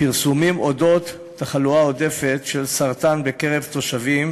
הפרסומים על אודות תחלואה עודפת של סרטן בקרב תושבים